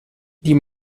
die